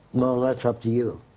well, that's up to you.